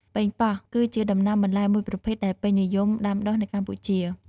ប៉េងប៉ោះ គឺជាដំណាំបន្លែមួយប្រភេទដែលពេញនិយមដាំដុះនៅកម្ពុជា។